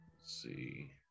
see